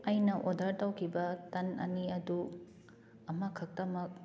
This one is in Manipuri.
ꯑꯩꯅ ꯑꯣꯔꯗꯔ ꯇꯧꯈꯤꯕ ꯇꯟ ꯑꯅꯤ ꯑꯗꯨ ꯑꯃꯈꯛꯇꯃꯛ